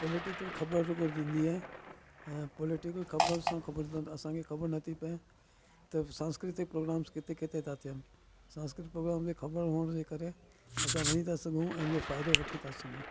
political ख़बरु जेको ॾींदी आहे ऐं पॉलिटिकल ख़बर सां ख़बर त असांखे ख़बरु नथी पए त सांस्कृतिक प्रोग्राम्स किथे किथे था थियनि सांस्कृत प्रोग्राम जे ख़बरु हुअण जे करे असां वञी था सघूं ऐं हुन जो फ़ाइदो वठी था सघूं